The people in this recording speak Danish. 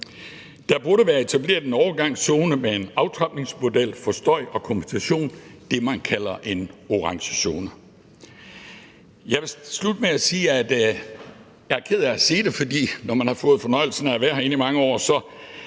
Der burde være etableret en overgangszone med en aftrapningsmodel for støj og kompensation, altså det, man kalder en orange zone. Jeg vil slutte af med at sige – og jeg er ked af at sige det, for når man har fået fornøjelsen af at være herinde i mange år,